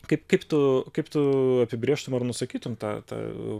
kaip kaip tu kaip tu apibrėžtum ar nusakytum tą tą